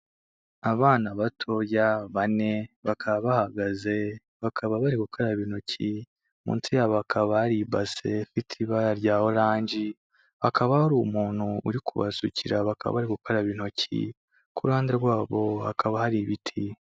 Abana batoya bane bakaba bahagaze bakaba bari gukaraba intoki munsi yabo hakaba hari ibase ifite ibara rya oranje, hakaba hari umuntu uri kubasukira bakaba bari gukaraba intoki ku ruhande rwabo hakaba hari ibiti.